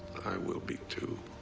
i will be too.